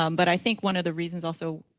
um but i think one of the reasons also